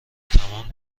تمام